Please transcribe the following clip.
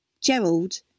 Gerald